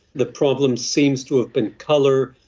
the problem seems to have been colour,